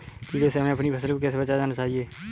कीड़े से हमें अपनी फसल को कैसे बचाना चाहिए?